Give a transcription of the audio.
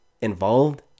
involved